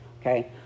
okay